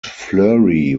fleury